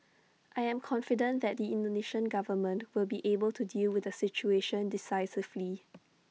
I am confident that the Indonesian government will be able to deal with the situation decisively